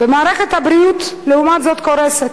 ולעומת זאת, מערכת הבריאות קורסת.